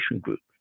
groups